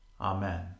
Amen